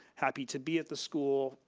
happy to be at the school.